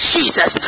Jesus